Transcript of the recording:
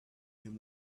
him